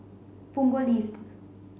Punggol East